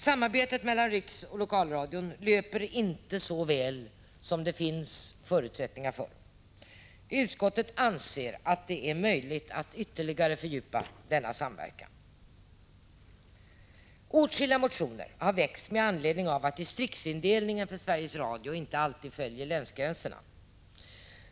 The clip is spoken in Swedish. Samarbetet mellan Riksoch Lokalradion löper icke så väl som det finns förutsättningar för. Utskottet anser att det är möjligt att ytterligare fördjupa denna samverkan. Åtskilliga motioner har väckts med anledning av att distriktsindelningen för Sveriges Radio inte alltid följer länsgränserna.